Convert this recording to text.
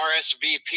rsvp